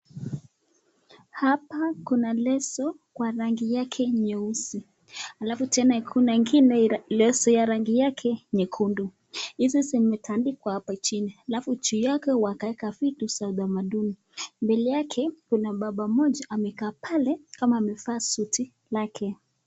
Hapa kuna leso kwa rangi yake nyeusi. Alafu tena kuna ingine leso ya rangi yake nyekundu. Hizi zimetandikwa hapo chini. Alafu juu yake wakaweka vitu Saudi Maduni. Mbele yake kuna baba mmoja amekaa pale kama amevaa suti lake.